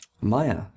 Maya